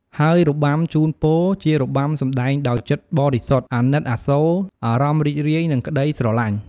ហើយរបាំជូនពរ ជារបាំសម្ដែងដោយចិត្តបរិសុទ្ធ អាណិតអាសូរ អារម្មណ៍រីករាយ និងក្ដីស្រលាញ់។